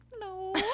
No